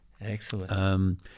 Excellent